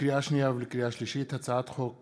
לקריאה שנייה ולקריאה שלישית, הצעת חוק